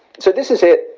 so this is it,